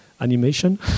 animation